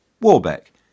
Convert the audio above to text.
Warbeck